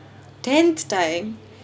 tenth time